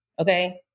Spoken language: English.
Okay